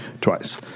Twice